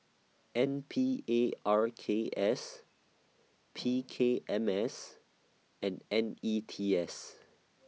N P A R K S P K M S and N E T S